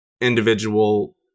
individual